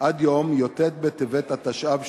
עד יום י"ט בטבת התשע"ב,